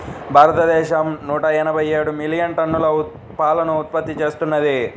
భారతదేశం నూట ఎనభై ఏడు మిలియన్ టన్నుల పాలను ఉత్పత్తి చేస్తున్నది